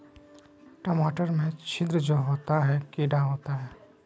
टमाटर में छिद्र जो होता है किडा होता है?